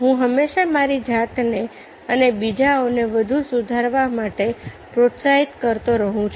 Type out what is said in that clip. હું હંમેશા મારી જાતને અને બીજાઓને વધુ સુધારવા માટે પ્રોત્સાહિત કરતો રહું છું